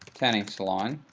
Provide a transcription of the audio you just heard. tanning salon.